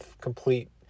complete